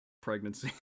pregnancy